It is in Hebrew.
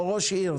או ראש עיר,